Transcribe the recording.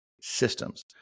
systems